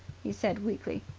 he said weakly.